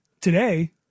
Today